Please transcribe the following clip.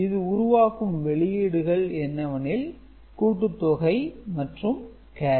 இது உருவாக்கும் வெளியீடுகள் என்னவெனில் கூட்டுத்தொகை மற்றும் கேரி